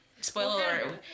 spoiler